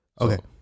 okay